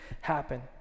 happen